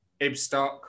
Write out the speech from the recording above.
Ibstock